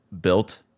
built